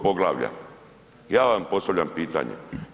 Poglavlja, ja vam postavljam pitanje?